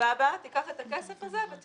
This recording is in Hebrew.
בסדר גמור, תיקח את הכסף הזה ותצא.